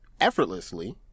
effortlessly